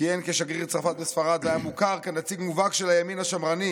כיהן כשגריר צרפת בספרד והיה מוכר כנציג מובהק של הימין השמרני.